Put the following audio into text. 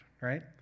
right